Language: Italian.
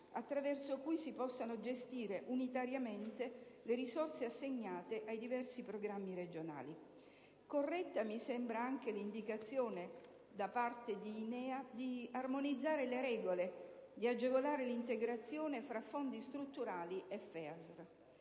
attraverso cui si possano gestire unitariamente le risorse assegnate ai diversi programmi regionali. Corretta mi sembra anche l'indicazione da parte di INEA di armonizzare le regole, di agevolare l'integrazione tra fondi strutturali e FEASR.